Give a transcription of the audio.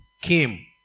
Came